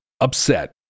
upset